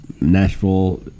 Nashville